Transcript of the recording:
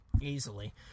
Easily